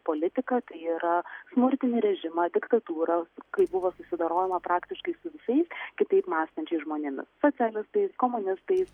politika tai yra smurtinį režimą diktatūrą kai buvo susidorojama praktiškai su visais kitaip mąstančiais žmonėmis socialistais komunistais